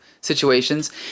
situations